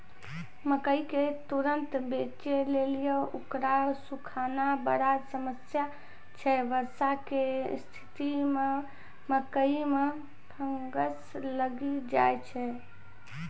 मकई के तुरन्त बेचे लेली उकरा सुखाना बड़ा समस्या छैय वर्षा के स्तिथि मे मकई मे फंगस लागि जाय छैय?